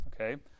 okay